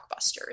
blockbusters